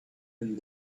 and